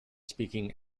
speaking